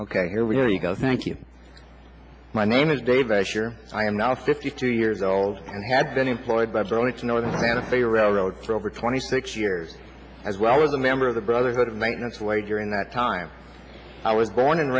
go thank you my name is dave a share i am now fifty two years old and had been employed by burlington northern santa fe railroad for over twenty six years as well as a member of the brotherhood of maintenance way during that time i was born and